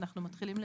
אם אפשר,